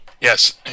Yes